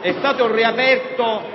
è stato riaperto